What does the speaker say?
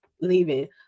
leaving